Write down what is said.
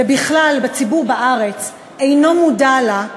ובכלל הציבור בארץ אינו מודע לה,